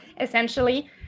essentially